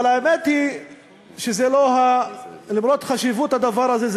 אבל האמת היא שלמרות החשיבות של הדבר הזה,